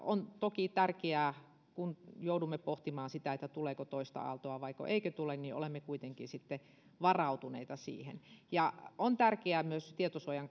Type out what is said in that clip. on toki tärkeää että kun joudumme pohtimaan sitä sitä tuleeko toista aaltoa vaiko eikö tule niin olemme kuitenkin varautuneita siihen on tärkeää myös tietosuojan